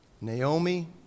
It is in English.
Naomi